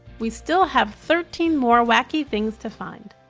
we still have thirteen more wacky things to find.